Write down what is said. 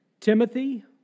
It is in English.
Timothy